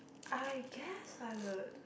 I guess I would